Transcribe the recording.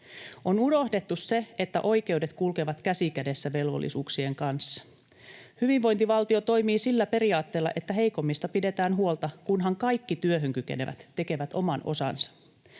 On unohdettu se, että oikeudet kulkevat käsi kädessä velvollisuuksien kanssa. Hyvinvointivaltio toimii sillä periaatteella, että heikommista pidetään huolta, kunhan kaikki työhön kykenevät tekevät oman osansa.